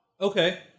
Okay